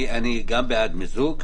אני גם בעד מיזוג.